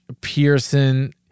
Pearson